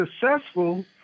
successful